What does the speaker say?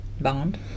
bond